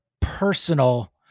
personal